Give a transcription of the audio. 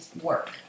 work